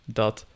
dat